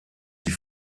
sie